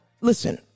listen